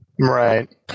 Right